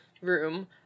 room